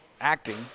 acting